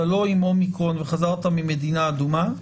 לא עם אומיקרון וחזרת ממדינה אדומה,